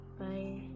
bye